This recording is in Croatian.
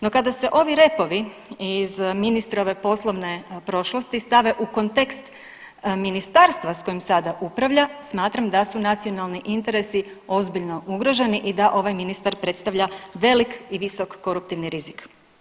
No, kada se ovi repovi iz ministrove poslovne prošlosti stave u kontekst ministarstva s kojima sada upravlja smatram da su nacionalni interesi ozbiljno ugroženi i da ovaj ministar predstavlja velik i visok koruptivni rizik.